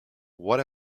what